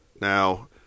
Now